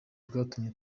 bwatumye